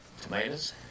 Tomatoes